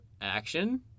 action